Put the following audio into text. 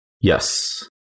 Yes